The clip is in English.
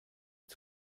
its